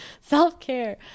Self-care